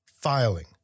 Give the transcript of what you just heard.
filing